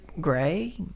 gray